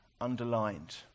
underlined